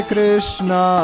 Krishna